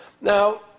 Now